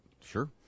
Sure